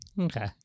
Okay